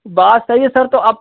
बात सही है सर तो अब